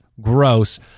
Gross